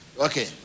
Okay